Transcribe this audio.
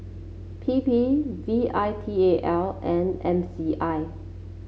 P P V I T A L and M C I